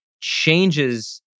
changes